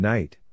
Night